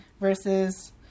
versus